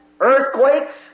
earthquakes